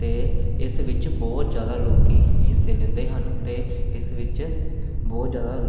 ਅਤੇ ਇਸ ਵਿੱਚ ਬਹੁਤ ਜ਼ਿਆਦਾ ਲੋਕ ਹਿੱਸੇ ਲੈਂਦੇ ਹਨ ਅਤੇ ਇਸ ਵਿੱਚ ਬਹੁਤ ਜ਼ਿਆਦਾ